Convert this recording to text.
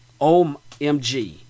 Omg